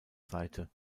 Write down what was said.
seite